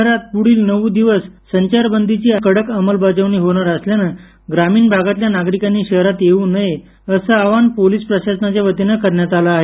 शहरात पुढील नऊ दिवस संचारबंदीची कडक अंमलबजावणी होणार असल्यानं ग्रामीण भागातल्या नागरिकांनी शहरात येऊ नये असं आवाहन पोलीस प्रशासनाच्यावतीनं करण्यात आलं आहे